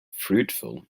fruitful